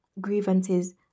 grievances